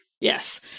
Yes